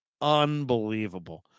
Unbelievable